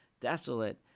desolate